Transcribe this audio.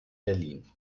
berlin